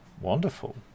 Wonderful